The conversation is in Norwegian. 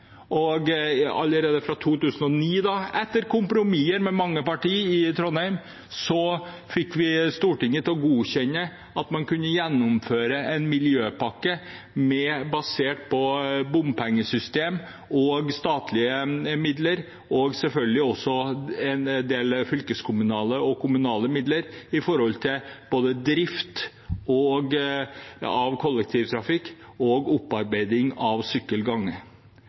fikk vi Stortinget til å godkjenne at man kunne gjennomføre en miljøpakke basert på bompengesystem og statlige midler, og selvfølgelig også en del fylkeskommunale og kommunale midler til både drift av kollektivtrafikk og opparbeiding av